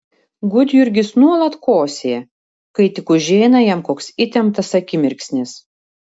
gudjurgis nuolat kosėja kai tik užeina jam koks įtemptas akimirksnis